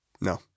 No